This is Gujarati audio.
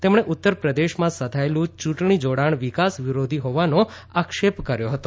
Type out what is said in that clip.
તેમણે ઉત્તરપ્રદેશમાં સધાયેલું ચૂંટણી જોડાણ વિકાસ વિરોધી હોવાનો આક્ષેપ કર્યો હતો